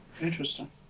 Interesting